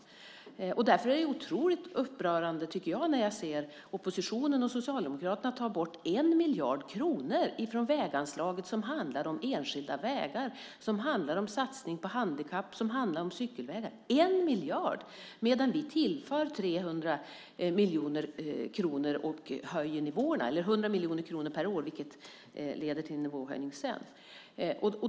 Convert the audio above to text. Därför tycker jag att det är otroligt upprörande att se att oppositionen och Socialdemokraterna tar bort 1 miljard kronor från väganslaget som handlar om enskilda vägar, om satsning på handikapp och om cykelvägar - 1 miljard kronor! Vi tillför däremot 300 miljoner kronor och höjer nivåerna - eller 100 miljoner kronor per år, vilket leder till en nivåhöjning sedan.